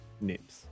nips